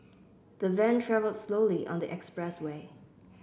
the van travelled slowly on the expressway